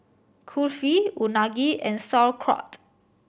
Kulfi Unagi and Sauerkraut